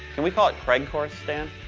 can we call craig course, stan?